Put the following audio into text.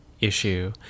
issue